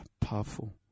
powerful